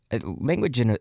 language